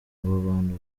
bantu